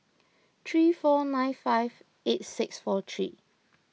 three four nine five eight six four three